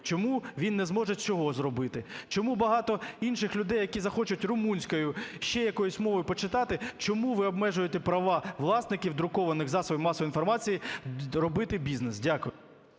чому він не зможе цього зробити? Чому багато інших людей, які захочуть румунською, ще якоюсь мовою почитати, чому ви обмежуєте права власників друкованих засобів масової інформації робити бізнес? Дякую.